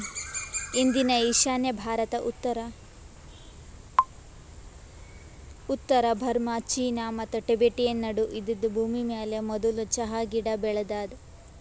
ಇಂದಿನ ಈಶಾನ್ಯ ಭಾರತ, ಉತ್ತರ ಬರ್ಮಾ, ಚೀನಾ ಮತ್ತ ಟಿಬೆಟನ್ ನಡು ಇದ್ದಿದ್ ಭೂಮಿಮ್ಯಾಲ ಮದುಲ್ ಚಹಾ ಗಿಡ ಬೆಳದಾದ